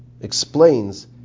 explains